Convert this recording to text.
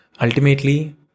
ultimately